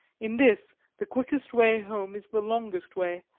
in this, the quickest way home is the longest way,